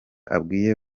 abwiye